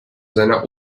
seiner